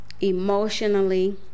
emotionally